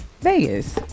Vegas